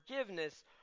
forgiveness